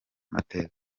amateka